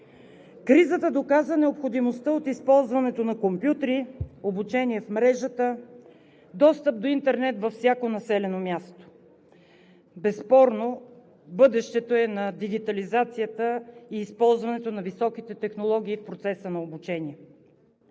Кризата доказа необходимостта от използването на компютри, обучение в мрежата, достъп до интернет във всяко населено място. Безспорно бъдещето е на дигитализацията и използването на високите технологии в процеса на обучение,